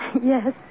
Yes